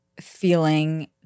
feeling